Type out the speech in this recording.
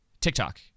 TikTok